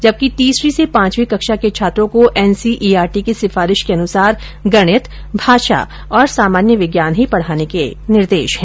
जबकि तीसरी से पांचवी कक्षा के छात्रों को एनसीईआरटी की सिफारिश के अनुसार गणित भाषा और सामान्य विज्ञान ही पढ़ाने के निर्देश है